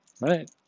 right